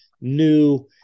new